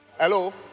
hello